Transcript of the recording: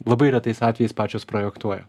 labai retais atvejais pačios projektuoja